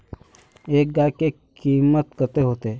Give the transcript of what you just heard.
एक गाय के कीमत कते होते?